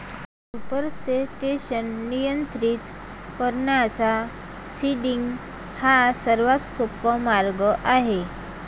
supersaturation नियंत्रित करण्याचा seeding हा सर्वात सोपा मार्ग आहे